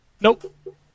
Nope